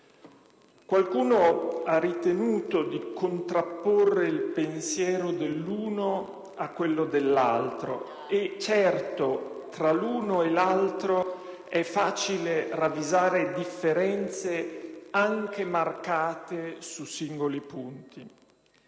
Qualcuno ha ritenuto di contrapporre il pensiero dell'uno a quello dell'altro e, certo, tra l'uno e l'altro è facile ravvisare differenze anche marcate su singoli punti.